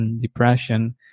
depression